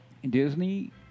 Disney